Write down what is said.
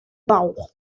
bauch